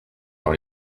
dans